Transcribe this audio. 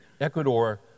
Ecuador